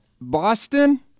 Boston